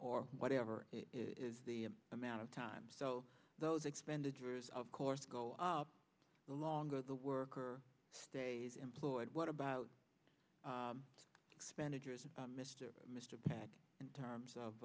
or whatever it is the amount of time so those expenditures of course go up the longer the worker stays employed what about expenditures mr mr pad in terms of